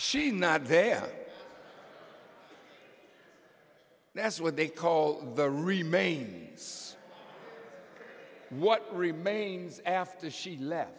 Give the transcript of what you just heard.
she not there that's what they call the remains what remains after she left